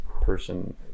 person